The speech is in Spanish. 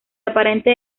aparente